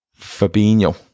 Fabinho